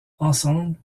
ensemble